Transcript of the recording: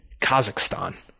Kazakhstan